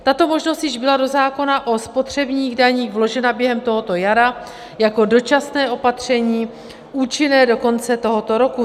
Tato možnost již byla do zákona o spotřebních daních vložena během tohoto jara jako dočasné opatření účinné do konce tohoto roku.